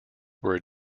were